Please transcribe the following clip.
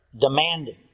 demanding